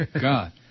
God